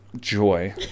joy